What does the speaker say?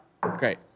Great